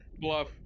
bluff